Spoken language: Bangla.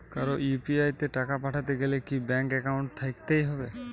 কারো ইউ.পি.আই তে টাকা পাঠাতে গেলে কি ব্যাংক একাউন্ট থাকতেই হবে?